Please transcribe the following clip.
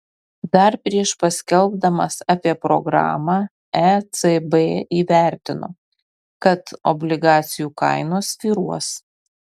dar prieš paskelbdamas apie programą ecb įvertino kad obligacijų kainos svyruos